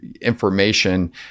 information